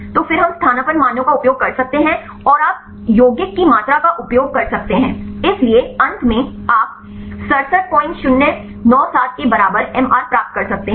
तो फिर हम स्थानापन्न मानों का उपयोग कर सकते हैं और आप यौगिक की मात्रा का उपयोग कर सकते हैं इसलिए अंत में आप 67097 के बराबर एमआर प्राप्त कर सकते हैं